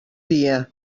dia